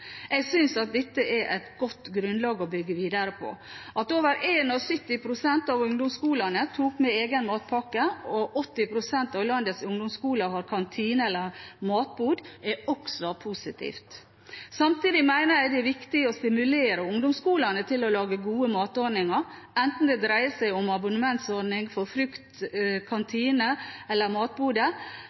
Jeg synes at dette er et godt grunnlag å bygge videre på. At over 71 pst. i ungdomsskolen tok med egen matpakke og 80 pst. av landets ungdomsskoler har kantine eller matbod, er også positivt. Samtidig mener jeg det er viktig å stimulere ungdomsskolene til å lage gode matordninger, enten det dreier som om abonnementsordning for frukt, kantine eller